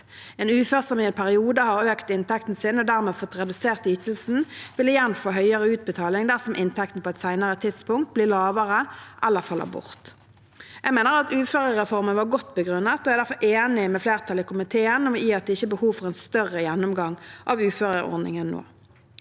En ufør som i en periode har økt inntekten sin og dermed fått redusert ytelsen, vil igjen få høyere utbe taling dersom inntekten på et senere tidspunkt blir lavere eller faller bort. Jeg mener uførereformen var godt begrunnet og er derfor enig med flertallet i komiteen i at det ikke er behov for en større gjennomgang av uføreordningen nå.